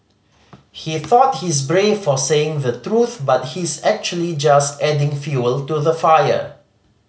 he thought he's brave for saying the truth but he's actually just adding fuel to the fire